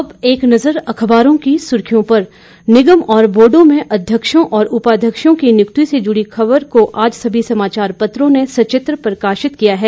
अब एक नजर अखबारों की सुर्खियों पर निगम और बोर्डो में अध्यक्ष और उपाध्यक्षों की नियुक्ति से जुड़ी खबर को आज सभी समाचार पत्रों ने संचित्र प्रकाशित किया है